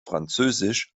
französisch